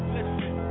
Listen